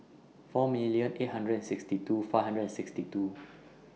four million eight hundred and sixty two five hundred and sixty two